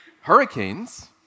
Hurricanes